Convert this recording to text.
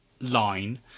line